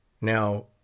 now